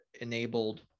enabled